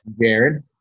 Jared